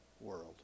world